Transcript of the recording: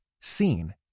seen